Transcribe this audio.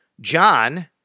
John